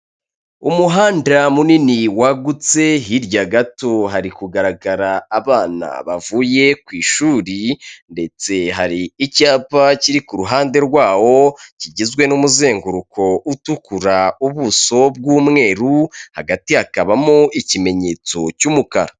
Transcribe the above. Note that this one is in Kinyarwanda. Umuhanda munini wagutse hirya gato hari kugaragara abana bavuye ku ishuri ndetse hari icyapa kiri ku ruhande rwawo kigizwe n'umuzenguruko utukura, ubuso bw'umweru. Hagati hakabamo ikimenyetso cy'umukara.